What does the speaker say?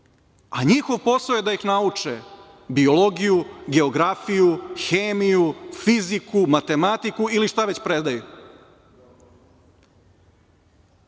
Njihov posao je da ih nauče biologiju, geografiju, hemiju, fiziku, matematiku ili šta već predaju.12/1